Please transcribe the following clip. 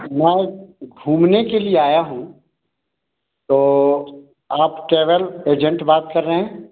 मैं घूमने के लिए आया हूँ तो आप ट्रेवेल एजेंट बात कर रहे हैं